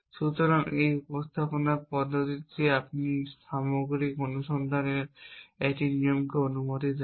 সুতরাং এই উপস্থাপনা পদ্ধতিটি আপনার সামগ্রিক অনুসন্ধানের একটি নিয়মকে অনুমতি দেয়